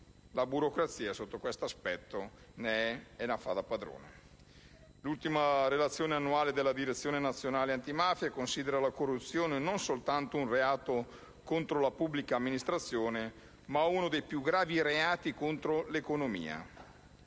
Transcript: la burocrazia, sotto questo aspetto, la fa da padrona. L'ultima relazione annuale della Direzione nazionale antimafia considera la corruzione non soltanto un reato contro la pubblica amministrazione, ma uno dei più gravi reati contro l'economia.